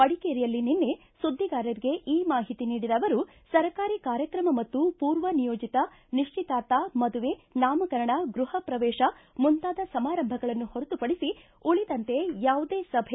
ಮಡಿಕೇರಿಯಲ್ಲಿ ನಿನ್ನೆ ಸುದ್ದಿಗಾರರಿಗೆ ಈ ಮಾಹಿತಿ ನೀಡಿದ ಅವರು ಸರ್ಕಾರಿ ಕಾರ್ಯಕ್ರಮ ಮತ್ತು ಪೂರ್ವ ನಿಯೋಜಿತ ನಿಶ್ಚಿತಾರ್ಥ ಮದುವೆ ನಾಮಕರಣ ಗೃಹಪ್ರವೇಶ ಮುಂತಾದ ಸಮಾರಂಭಗಳನ್ನು ಹೊರತುಪಡಿಸಿ ಉಳಿದಂತೆ ಯಾವುದೇ ಸಭೆ